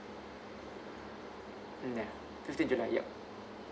mm ya fifteenth july yup